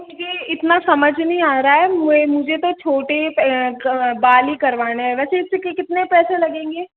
मुझे इतना समझ नहीं आ रहा है मुझे तो छोटे बाल ही करवाना है वैसे इसके कि कितने पैसे लगेंगे